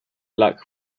luck